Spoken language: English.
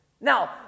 Now